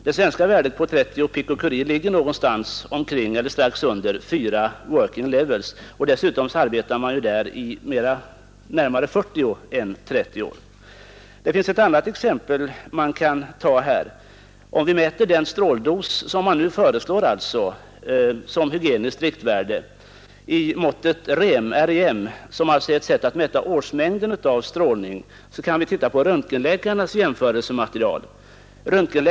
Det svenska värdet på 30 pikocurie ligger alltså omkring eller strax under 4 working levels, och dessutom arbetar man där i 40 snarare än 30 år. Man kan ta ett annat exempel. Den stråldos som föreslås som hygieniskt riktvärde uttryckes i måttet rhem, som alltså är ett sätt att mäta årsmängden av strålning. Som jämförelse kan vi se på röntgenläkarnas arbetsförhållanden.